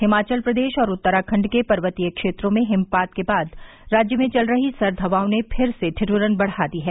हिमाचल प्रदेश और उत्तराखंड के पर्वतीय क्षेत्रों में हिमपात के बाद राज्य में चल रही सर्द हवाओं ने फिर से ठिदुरन बढ़ा दी है